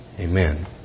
Amen